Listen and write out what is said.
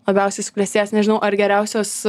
labiausiai suklestėjęs nežinau ar geriausios